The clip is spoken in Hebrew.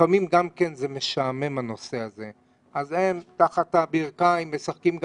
לפעמים הנושא משעמם, אז הם תחת הברכיים משחקים גם